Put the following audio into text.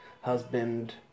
husband